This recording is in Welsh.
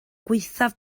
gwaethaf